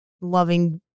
loving